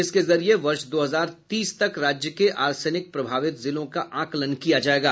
इसके जरिये वर्ष दो हजार तीस तक राज्य के आर्सेनिक प्रभावित जिलों का आकलन किया जायेगा